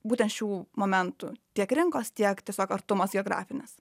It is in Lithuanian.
būtent šių momentų tiek rinkos tiek tiesiog artumas geografinis